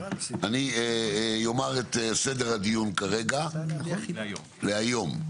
אני אומר את סדר הדיון כרגע, להיום.